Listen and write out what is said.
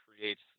creates